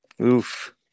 Oof